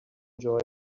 enjoy